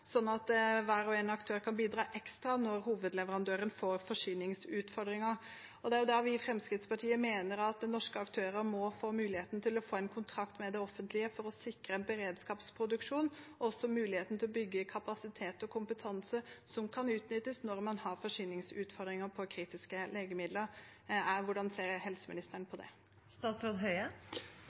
at hver og en aktør kan bidra ekstra når hovedleverandøren får forsyningsutfordringer. Det er da vi i Fremskrittspartiet mener at norske aktører må få muligheten til å få en kontrakt med det offentlige for å sikre en beredskapsproduksjon, og også få muligheten til å bygge kapasitet og kompetanse som kan utnyttes når man har forsyningsutfordringer for kritiske legemidler. Hvordan ser helseministeren på det?